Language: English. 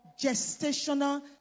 gestational